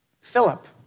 Philip